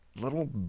little